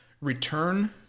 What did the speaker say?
return